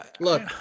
Look